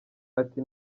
ati